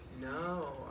No